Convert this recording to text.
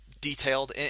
detailed